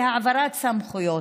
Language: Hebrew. בהעברת סמכויות.